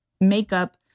makeup